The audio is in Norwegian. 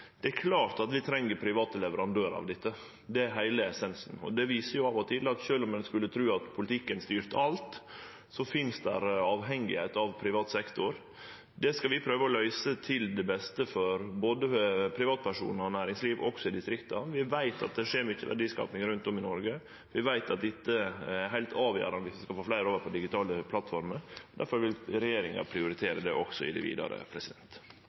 Vi treng private leverandørar av dette. Det er heile essensen. Det viser at sjølv om ein av og til skulle tru at politikken styrte alt, finst det avhengigheit av privat sektor. Det skal vi prøve å løyse til beste for både privatpersonar og næringsliv – også i distrikta. Vi veit at det skjer mykje verdiskaping rundt om i Noreg. Vi veit at dette er heilt avgjerande viss vi skal få fleire over på digitale plattformer. Difor vil regjeringa prioritere det også i det vidare.